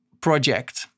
project